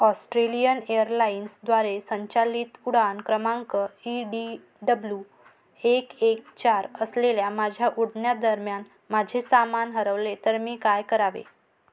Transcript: Australian एअरलाइन्सद्वारे संचालित उड्डाण क्रमांक ई डी डब्ल्यू एक एक चार असलेल्या माझ्या उड्डाणादरम्यान माझे सामान हरवले तर मी काय करावे